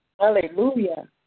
Hallelujah